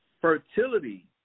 Fertility